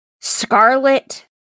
Scarlet